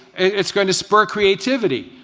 it's going to spur creativity.